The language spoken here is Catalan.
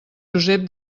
josep